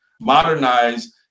modernize